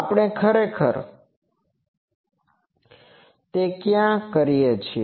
આપણે ખરેખર તે ક્યાં કરીએ છીએ